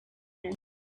man